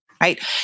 Right